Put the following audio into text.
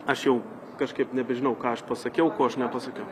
aš jau kažkaip nebežinau ką aš pasakiau ko aš nepasakiau